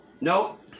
Nope